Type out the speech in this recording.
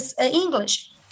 English